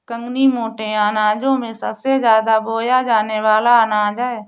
कंगनी मोटे अनाजों में सबसे ज्यादा बोया जाने वाला अनाज है